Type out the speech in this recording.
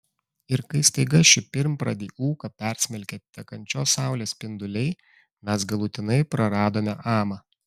ir kai staiga šį pirmapradį ūką persmelkė tekančios saulės spinduliai mes galutinai praradome amą